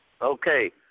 Okay